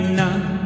none